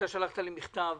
שלחת לי מכתב,